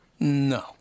No